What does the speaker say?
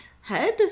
Head